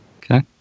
Okay